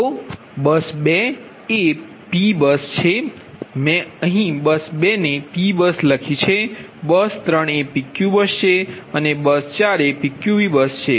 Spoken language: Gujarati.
તો બસ 2 એ P બસ છે મેં અહીં બસ 2 એ P બસ લખી છે બસ 3 એ PQ બસ છે અને બસ 4 એ PQV બસ છે